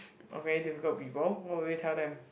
oh very difficult people what will you tell them